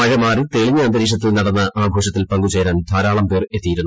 മഴ മാറി തെളിഞ്ഞ അന്തരീക്ഷത്തിൽ നടന്ന ആഘോഷത്തിൽ പങ്കുചേരാൻ ധാരാളം പേർ എത്തിയിരുന്നു